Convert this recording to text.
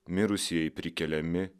mirusieji prikeliami